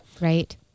Right